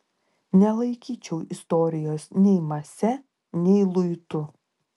nelaikyčiau istorijos nei mase nei luitu